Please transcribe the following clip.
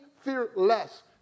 fearless